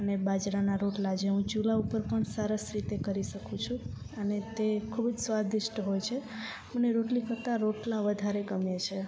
અને બાજરાના રોટલા જે હું ચૂલા ઉપર પણ સરસ રીતે કરી શકું છું અને તે ખૂબ જ સ્વાદિષ્ટ હોય છે મને રોટલી કરતાં રોટલા વધારે ગમે છે